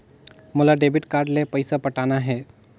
मोला debit card ले पइसा पटाना हे?